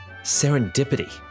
serendipity